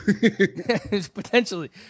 Potentially